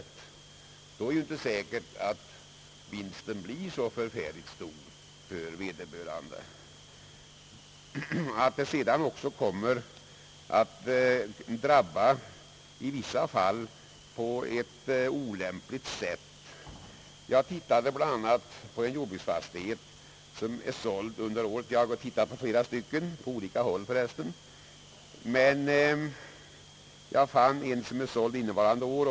I ett sådant fall är det ju inte säkert att vinsten blir så särskilt stor för vederbörande. | Det är klart att skatten i vissa fall kan komma att drabba på ett olyckligt sätt. Jag har tittat på en jordbruksfastighet — jag har för övrigt tittat på flera som har sålts under innevarande år.